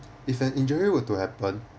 if an injury were to happen